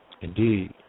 Indeed